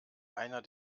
einer